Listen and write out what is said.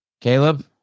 Caleb